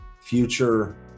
future